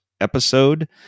episode